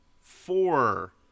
four